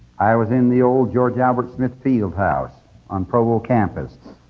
i was in the old george albert smith fieldhouse on provo campus.